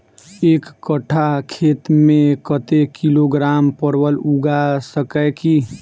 एक कट्ठा खेत मे कत्ते किलोग्राम परवल उगा सकय की??